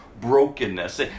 brokenness